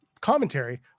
commentary